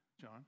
John